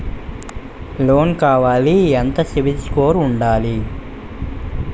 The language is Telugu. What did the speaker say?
లోన్ కావాలి ఎంత సిబిల్ స్కోర్ ఉండాలి?